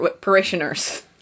parishioners